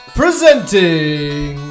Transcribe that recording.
presenting